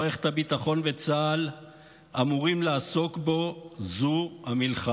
מערכת הביטחון וצה"ל אמורים לעסוק בו הוא המלחמה,